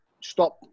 stop